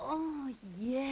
oh yeah